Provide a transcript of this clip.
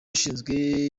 ushinzwe